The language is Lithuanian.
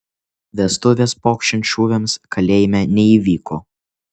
vestuvės pokšint šūviams kalėjime neįvyko